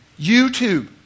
YouTube